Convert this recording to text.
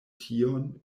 tion